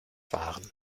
waren